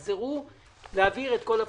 שיחזרו להעביר את כל הפרטים.